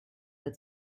that